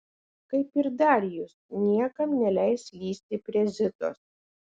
kaip ir darijus niekam neleis lįsti prie zitos